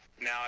now